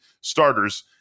Starters